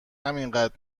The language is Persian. همینقد